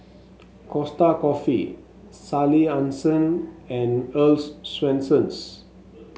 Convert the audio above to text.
Costa Coffee Sally Hansen and Earl's Swensens